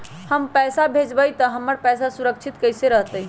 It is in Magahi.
हम पैसा भेजबई तो हमर पैसा सुरक्षित रहतई?